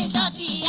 um da da yeah